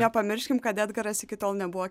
nepamirškim kad edgaras iki tol nebuvo